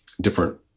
different